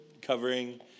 covering